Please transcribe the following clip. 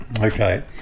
okay